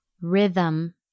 rhythm